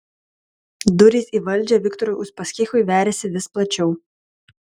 durys į valdžią viktorui uspaskichui veriasi vis plačiau